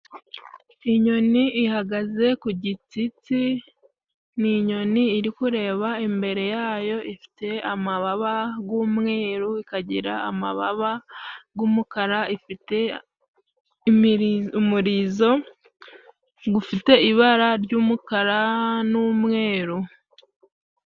Inyoni ihagaze ku gitsitsi ni inyoni iri kureba imbere yayo ifite amababa g'umweru ikagira amababa g'umukara ifite umurizo gufite ibara ry'umukara n'umweru.